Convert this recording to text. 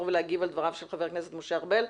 ולהגיב על דבריו של חבר הכנסת משה ארבל.